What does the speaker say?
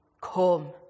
Come